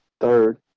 third